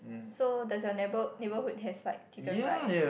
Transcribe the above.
so does your neighbour neighbourhood has like chicken rice